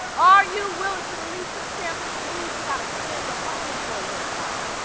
are you willing to release your champion if it means you gotta stand alone for a little while?